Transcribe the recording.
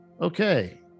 Okay